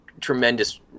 tremendous